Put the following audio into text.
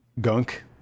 gunk